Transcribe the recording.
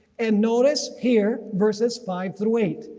and notice here verses five through eight.